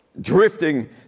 drifting